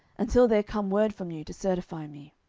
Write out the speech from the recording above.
until there come word from you to certify me.